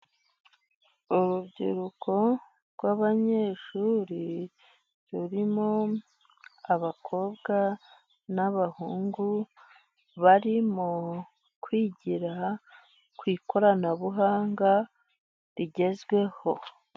Urubyiruko rw'abanyeshuri, rurimo abakobwa n'abahungu, barimo kwigira ku ikoranabuhanga rigezweho.